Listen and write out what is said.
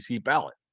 ballot